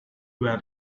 where